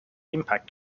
impact